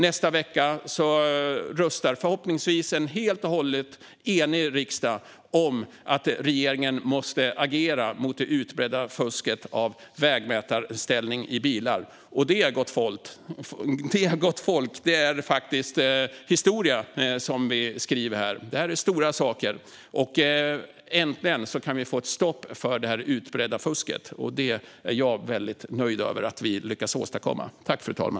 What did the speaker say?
Nästa vecka röstar en förhoppningsvis helt och hållet enig riksdag för att regeringen måste agera mot det utbredda fusket av vägmätarställning i bilar. Det är, gott folk, historia som vi skriver här. Detta är stora saker. Äntligen kan vi få ett stopp på det utbredda fusket, och jag är väldigt nöjd med att vi har lyckats åstadkomma detta.